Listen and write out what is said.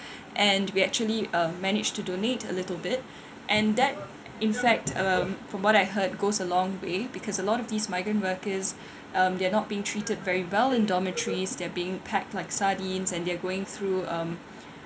and we actually uh managed to donate a little bit and that in fact um from what I heard goes a long way because a lot of these migrant workers um they're not being treated very well in dormitories they're being packed like sardines and they're going through um